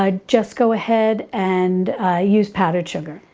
ah just go ahead and use powdered sugar.